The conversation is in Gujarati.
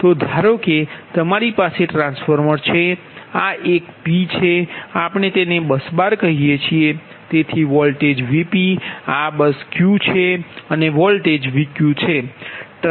તો ધારો કે તમારી પાસે ટ્રાન્સફોર્મર છે આ એક p છે આપણે તેને બસ બાર કહીએ છીએ તેથી વોલ્ટેજ Vp આ બસ q છે અને વોલ્ટેજ Vqછે